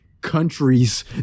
Countries